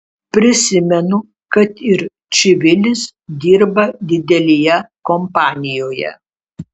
prisimenu kad ir čivilis dirba didelėje kompanijoje